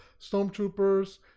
Stormtroopers